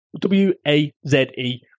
w-a-z-e